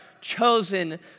chosen